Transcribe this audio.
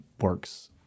works